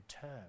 term